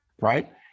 right